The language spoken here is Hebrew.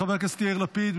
חבר הכנסת יאיר לפיד,